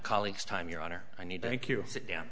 colleagues time your honor i need thank you sit down